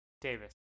Davis